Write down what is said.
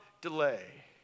delay